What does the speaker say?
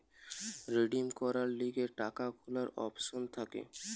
redeem করার লিগে টাকা গুলার অপশন থাকে